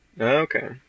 Okay